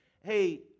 hey